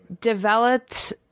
developed